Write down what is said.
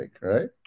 right